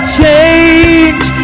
change